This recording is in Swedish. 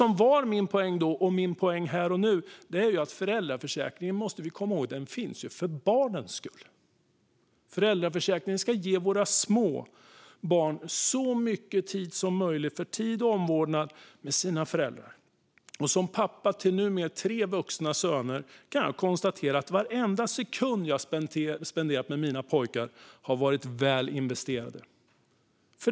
Min poäng då och nu är att föräldraförsäkringen finns för barnens skull. Föräldraförsäkringen ska ge våra små barn så mycket tid och omvårdnad som möjligt med och av föräldrarna. Som pappa till tre numera vuxna söner kan jag konstatera att varenda sekund jag har spenderat med mina pojkar har varit väl investerad.